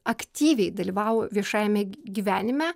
aktyviai dalyvavo viešajame gyvenime